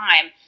time